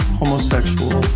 homosexual